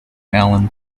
allan